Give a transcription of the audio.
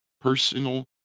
personal